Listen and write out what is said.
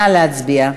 נא להצביע.